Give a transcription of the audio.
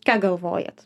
ką galvojat